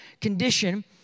condition